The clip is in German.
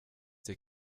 dir